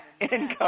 income